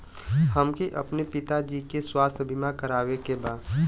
हमके अपने पिता जी के स्वास्थ्य बीमा करवावे के बा?